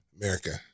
America